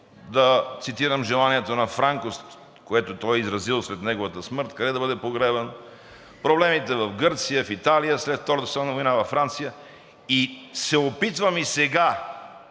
да цитирам желанието на Франко, което той е изразил, след неговата смърт къде да бъде погребан, проблемите в Гърция, в Италия след Втората световна война, във Франция, и се опитвам и сега